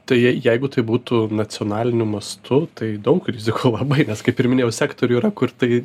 tai jei jeigu tai būtų nacionaliniu mastu tai daug rizikų labai nes kaip ir minėjau sektorių yra kur tai